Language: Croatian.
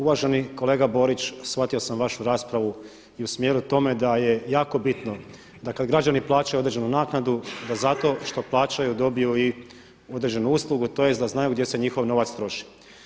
Uvaženi kolega Borić, shvatio sam vašu raspravu i u smjeru tome da je jako bitno da kad građani plaćaju određenu naknadu da zato što plaćaju dobiju i određenu uslugu tj. da znaju gdje se njihov novac troši.